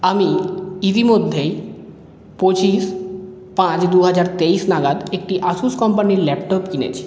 আমি ইতিমধ্যেই পঁচিশ পাঁচ দু হাজার তেইশ নাগাদ একটি আসুস কম্পানির ল্যাপটপ কিনেছি